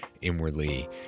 inwardly